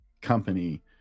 company